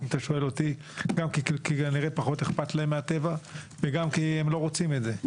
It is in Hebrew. גם כי כנראה פחות אכפת להם מהטבע וגם כי הם לא רוצים את זה.